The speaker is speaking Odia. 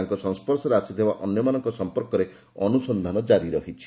ତାଙ୍କ ସଂସର୍ଶରେ ଆସିଥିବା ଅନ୍ୟମାନଙ୍କ ସମ୍ପର୍କରେ ଅନୁସନ୍ଧାନ ଜାରି ରହିଛି